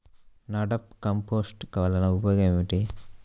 NADEP compost వలన ఉపయోగం ఏమిటి?